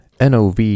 NOV